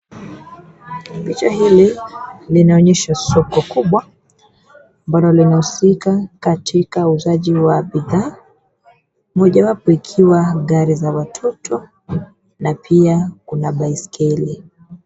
Picha hili linaonyesha soko kubwa ambalo linahusika katika uuzaji wa bidhaa mojawapo ikiwa gari za watoto na pia kuna baiskeli.